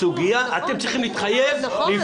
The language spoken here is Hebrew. אתם צריכים להתחייב --- נכון.